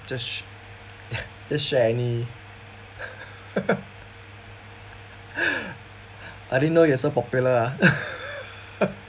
just just share any I didn't know you're so popular